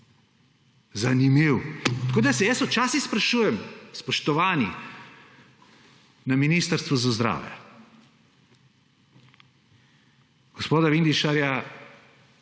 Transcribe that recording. Zanimivo. Tako da se včasih sprašujem, spoštovani na Ministrstvu za zdravje. Gospoda Vindišarja